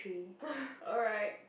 alright